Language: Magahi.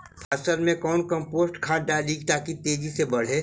फसल मे कौन कम्पोस्ट खाद डाली ताकि तेजी से बदे?